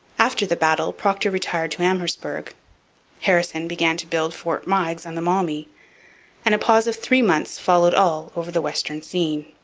after the battle procter retired to amherstburg harrison began to build fort meigs on the maumee and a pause of three months followed all over the western scene.